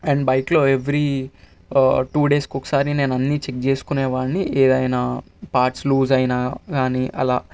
and బైక్లో every two డేస్కోకసారి నేను అన్ని చెక్ చేసుకునే వాడ్ని ఏదైనా పార్ట్స్ లూజ్ అయినా కానీ అలా